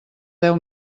deu